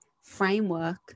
framework